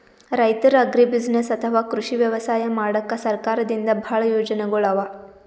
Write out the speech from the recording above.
ರೈತರ್ ಅಗ್ರಿಬುಸಿನೆಸ್ಸ್ ಅಥವಾ ಕೃಷಿ ವ್ಯವಸಾಯ ಮಾಡಕ್ಕಾ ಸರ್ಕಾರದಿಂದಾ ಭಾಳ್ ಯೋಜನೆಗೊಳ್ ಅವಾ